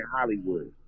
Hollywood